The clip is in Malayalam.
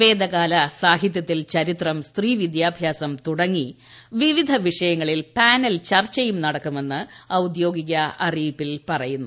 വേദകാല സാഹിത്യത്തിൽ ചരിത്രം സ്ത്രീ വിദ്യാഭ്യാസം തുടങ്ങി വിവിധ വിഷയങ്ങളിൽ പാനൽ ചർച്ചയും നടക്കുമെന്ന് ഔദ്യോഗിക അറിയിപ്പിൽ പറയുന്നു